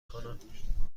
کنم